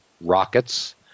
Rockets